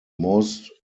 most